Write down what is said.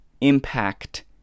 impact